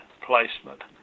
placement